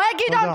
אתה רואה, גדעון?